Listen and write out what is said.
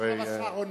עכשיו השר עונה.